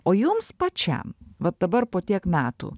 o jums pačiam vat dabar po tiek metų